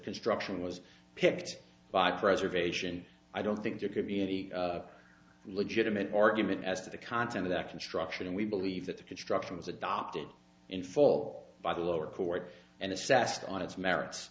construction was picked by preservation i don't think there could be any legitimate argument as to the content of that construction and we believe that the construction was adopted in full by the lower court and assessed on its merits